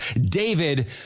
David